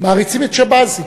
ומעריצים את שבזי.